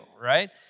right